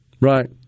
Right